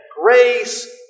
grace